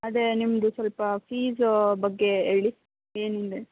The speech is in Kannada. ಅದೇ ನಿಮ್ಮದು ಸ್ವಲ್ಪ ಫೀಸ್ ಬಗ್ಗೆ ಹೇಳಿ ಏನಿದೆ